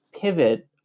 pivot